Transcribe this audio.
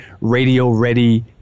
radio-ready